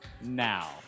now